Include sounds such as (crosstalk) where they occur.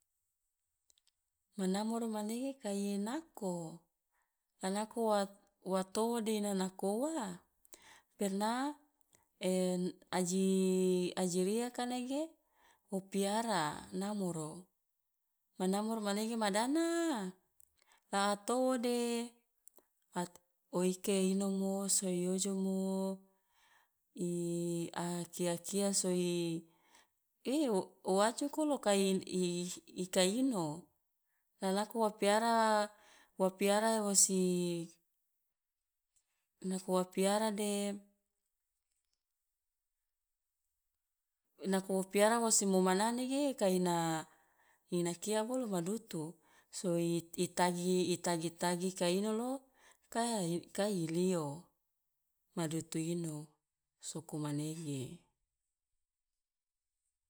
Manaoro manege kai nako, a nako wa wa towo de na nako ua? Pernah (hesitation) aji aji ria ka nege o piara namoro, manamoro manege ma dana, la a towo de at o ika inomo so i ojomo (hesitation) a kia- kia so (hesitation) ei o wajoko loka i i- i- ika ino la lako wa piara wa piara wosi (noise) nako wa piara de nako wo piara wo wasi momana manege ka ina ina kia bolo ma dutu, so (hesitation) i tagi i tagi tagi ika ino lo ka i ka i lio madutu ino, soko manege. (noise)